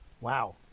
wow